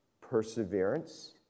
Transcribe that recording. perseverance